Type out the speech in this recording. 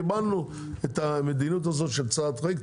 קיבלנו את המדיניות של צעד חריג,